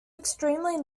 extremely